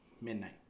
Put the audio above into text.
midnight